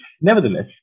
Nevertheless